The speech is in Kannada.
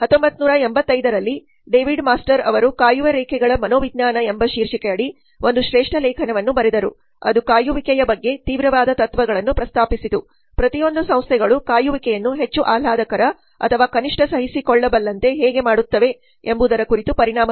1985 ರಲ್ಲಿ ಡೇವಿಡ್ ಮಾಸ್ಟರ್ ಅವರು ಕಾಯುವ ರೇಖೆಗಳ ಮನೋವಿಜ್ಞಾನ ಎಂಬ ಶೀರ್ಷಿಕೆಯಡಿ ಒಂದು ಶ್ರೇಷ್ಠ ಲೇಖನವನ್ನು ಬರೆದರು ಅದು ಕಾಯುವಿಕೆಯ ಬಗ್ಗೆ ತೀವ್ರವಾದ ತತ್ವಗಳನ್ನು ಪ್ರಸ್ತಾಪಿಸಿತು ಪ್ರತಿಯೊಂದೂ ಸಂಸ್ಥೆಗಳು ಕಾಯುವಿಕೆಯನ್ನು ಹೆಚ್ಚು ಆಹ್ಲಾದಕರ ಅಥವಾ ಕನಿಷ್ಠ ಸಹಿಸಿಕೊಳ್ಳಬಲ್ಲಾಂತೆ ಹೇಗೆ ಮಾಡುತ್ತವೆ ಎಂಬುದರ ಕುರಿತು ಪರಿಣಾಮ ಬೀರುತ್ತವೆ